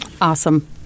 Awesome